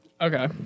Okay